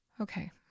Okay